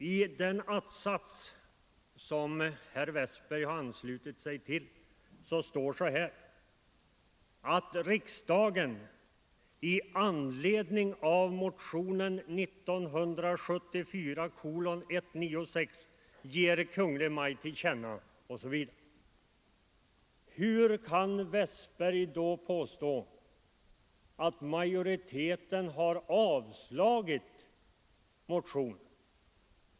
I den att-sats som herr Westberg har anslutit sig till står det ”att riksdagen i anledning av motionen 1974:196 ger Kungl. Maj:t till känna” osv. Hur kan herr Westberg då påstå att majoriteten har avstyrkt motionen?